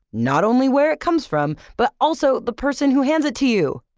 not only where it comes from, but also the person who hands it to you,